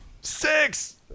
Six